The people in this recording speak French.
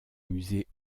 musée